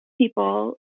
people